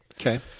Okay